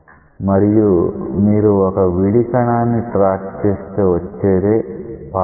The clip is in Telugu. మరియు మీరు ఒక విడి కణాన్ని ట్రాక్ చేస్తే వచ్చేదే పాత్ లైన్